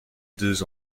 deux